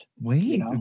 Wait